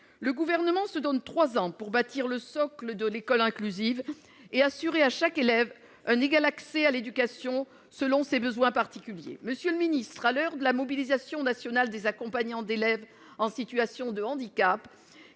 Le Gouvernement se donne trois ans pour bâtir le socle de l'école inclusive et assurer à chaque élève un égal accès à l'éducation, selon ses besoins particuliers. Monsieur le ministre, à l'heure de la mobilisation nationale des accompagnants d'élèves en situation de handicap,